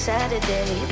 Saturday